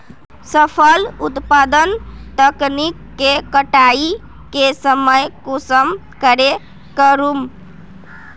फसल उत्पादन तकनीक के कटाई के समय कुंसम करे करूम?